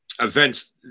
events